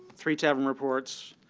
three tavern reports,